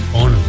on